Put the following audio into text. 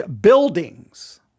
buildings